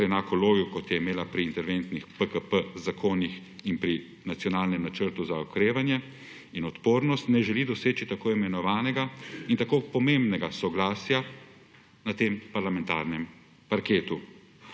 ter enako logiko, kot jo je imela pri interventnih zakonih PKP in pri nacionalnem Načrtu za okrevanje in odpornost, ne želi doseči tako pomembnega soglasja na tem parlamentarnem parketu.